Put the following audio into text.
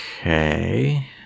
Okay